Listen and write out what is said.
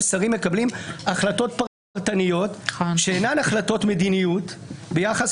שרים מקבלים החלטות פרטניות שאינן החלטות מדיניות ביחס